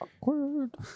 Awkward